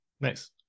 nice